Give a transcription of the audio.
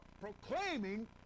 proclaiming